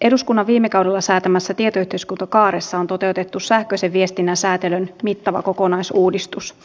eduskunnan viime kaudella säätämässä tietoyhteiskuntakaaressa on toteutettu sähköisen viestinnän säätelyn mittava kokonaisuudistus